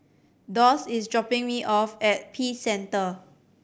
Doss is dropping me off at Peace Centre